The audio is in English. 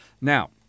Now